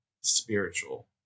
spiritual